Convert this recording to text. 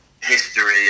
history